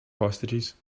hostages